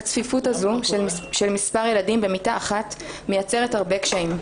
הצפיפות הזו של מספר ילדים במיטה אחת מייצרת הרבה קשיים.